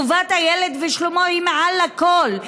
טובת הילד ושלומו היא מעל לכול.